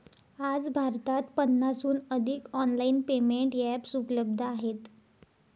आज भारतात पन्नासहून अधिक ऑनलाइन पेमेंट एप्स उपलब्ध आहेत